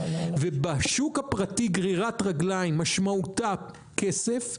ובשוק הפרטי גרירת רגליים משמעותה כסף,